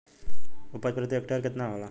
उपज प्रति हेक्टेयर केतना होला?